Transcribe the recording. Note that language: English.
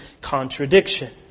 contradiction